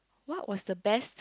what was the best